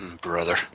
Brother